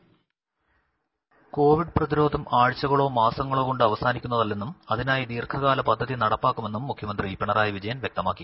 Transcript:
voice Covid പ്രതിരോധം ആഴ്ചകളോ മാസങ്ങളോകൊണ്ട് അവസാനിക്കുന്നതല്ലെന്നും അതിനായി ദീർഘകാല പദ്ധതി നടപ്പാക്കുമെന്നും മുഖ്യമന്ത്രി പിണറായി വിജയൻ വൃക്തമാക്കി